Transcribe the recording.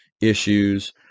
issues